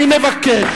אני מבקש.